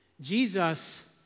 Jesus